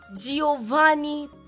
giovanni